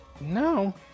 No